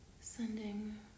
sending